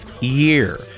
year